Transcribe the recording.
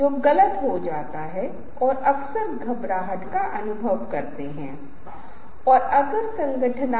यदि आप बात सुनते हैं और फिर आप स्लाइड को वापस देखते हैं तो आप इसे याद रखेंगे